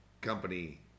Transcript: company